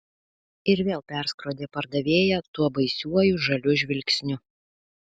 ir vėl perskrodė pardavėją tuo baisiuoju žaliu žvilgsniu